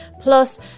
Plus